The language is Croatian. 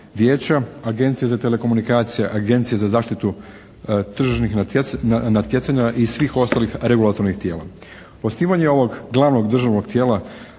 Vijeća agencije za telekomunikacije, Agencije za zaštitu tržišnih natjecanja i svih ostalih regulatornih tijela. Osnivanje ovog glavnog državnog tijela